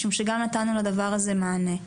משום שגם נתנו לדבר הזה מענה.